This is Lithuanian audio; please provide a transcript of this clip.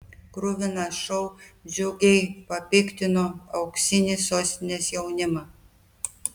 kruvinas šou džiugiai papiktino auksinį sostinės jaunimą